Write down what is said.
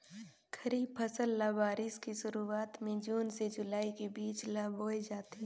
खरीफ फसल ल बारिश के शुरुआत में जून से जुलाई के बीच ल बोए जाथे